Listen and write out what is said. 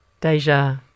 Deja